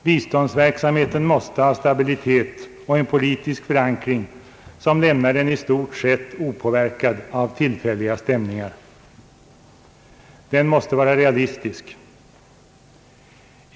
Biståndsverksamheten måste ha stabilitet och en politisk förankring som lämnar den i stort sett opåverkad av tillfälliga stämningar. Den måste vara realistisk.